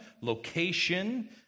location